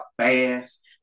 fast